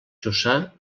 jussà